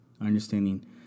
Understanding